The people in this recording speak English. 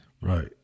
right